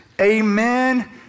amen